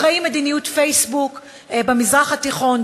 אחראי מדיניות פייסבוק במזרח התיכון,